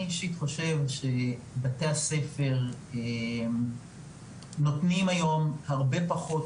אני אישית חושב שבתי הספר נותנים היום הרבה פחות